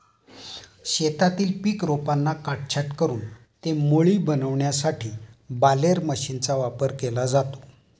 शेतातील पीक रोपांना काटछाट करून ते मोळी बनविण्यासाठी बालेर मशीनचा वापर केला जातो